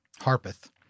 Harpeth